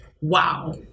wow